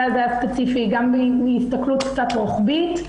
הספציפי הזה וגם בהסתכלות קצת רוחבית,